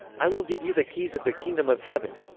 i will give you the keys of the kingdom of heaven.